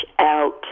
out